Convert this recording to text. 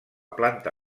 planta